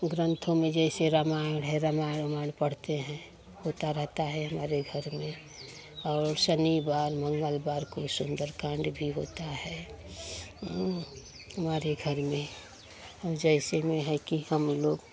ग्रंथों में जैसे रामायण है रामायण ओमायण पढ़ते हैं होता रहता है हमारे घर में और शनिवार मंगलवार को सुंदर कांड भी होता है हमारे घर में औ जैसे में है कि हम लोग